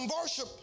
worship